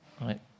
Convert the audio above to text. right